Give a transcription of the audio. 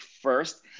first